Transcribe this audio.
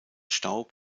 staub